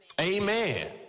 Amen